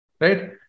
right